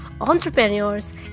entrepreneurs